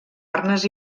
arnes